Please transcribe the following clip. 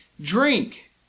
Drink